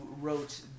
wrote